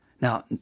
Now